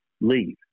leave